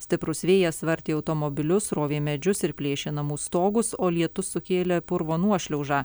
stiprus vėjas vartė automobilius rovė medžius ir plėšė namų stogus o lietus sukėlė purvo nuošliaužą